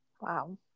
Wow